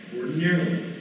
ordinarily